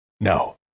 No